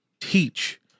teach